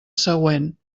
següent